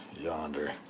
yonder